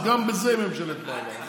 גם בזה היא ממשלת מעבר.